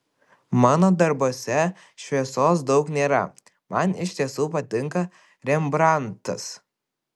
mano darbuose šviesos daug nėra man iš tiesų patinka rembrandtas